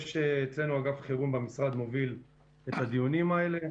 אגף חירום אצלנו במשרד מוביל את הדיונים האלה,